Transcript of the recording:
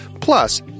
Plus